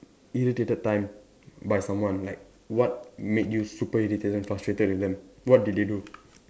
irritated time by someone like what made you super irritated and frustrated at them what did they do